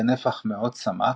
בנפח מאות סמ"ק,